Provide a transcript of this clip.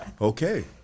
Okay